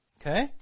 Okay